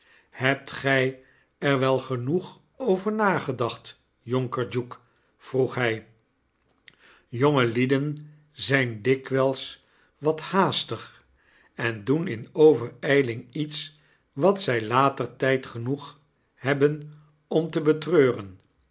geslagen hebtgy er wel genoeg over nagedacht jonker duke vroeg hy jongelieden zijn dikwyls wathaastig en doen in overijling iets wat zij later ty d genoeg hebben om te betreuren